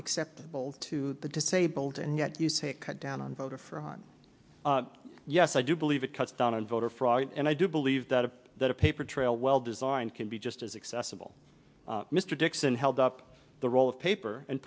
except old to the disabled and yet you say cut down on voter fraud yes i do believe it cuts down on voter fraud and i do believe that is that a paper trail well designed can be just as accessible mr dixon held up the role of paper and